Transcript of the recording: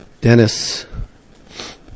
dennis